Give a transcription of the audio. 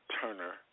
Turner